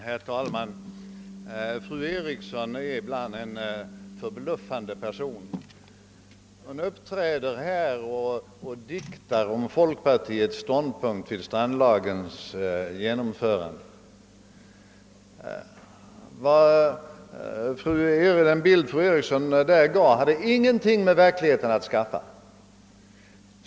Herr talman! Fru Eriksson i Stockholm uppträder ibland på ett förbluffande sätt. I dag diktar hon om folkpartiets ståndpunkt vid strandlagens genomförande. Den bild fru Eriksson tecknade har ingenting med verkligheten att skaffa.